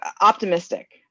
optimistic